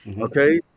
okay